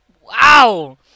Wow